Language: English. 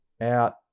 out